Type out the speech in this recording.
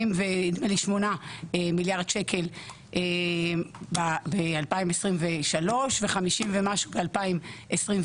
48 מיליארד שקלים ב-2023 ו-50 ומשהו ב-2024.